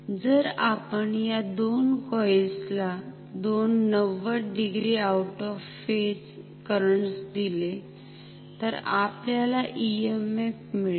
जर आपण या दोन कॉईल्स ला दोन 90 degree out of phase currents दिले तर आपल्याला EMF मिळेल